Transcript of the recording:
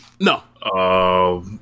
No